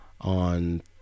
on